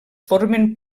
formen